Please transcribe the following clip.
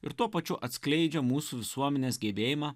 ir tuo pačiu atskleidžia mūsų visuomenės gebėjimą